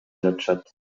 жатышат